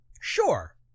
Sure